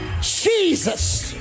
Jesus